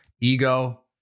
Ego